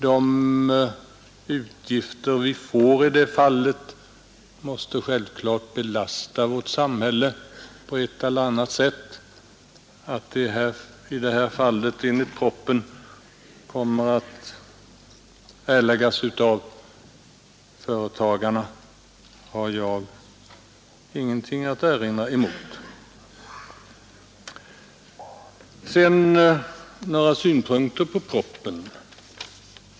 De utgifter detta medför måste självfallet belasta vårt samhälle på ett eller annat sätt. Att kostnaderna i det här fallet enligt propositionen kommer att erläggas av företagarna har jag inget att erinra mot. Sedan några synpunkter på propositionen.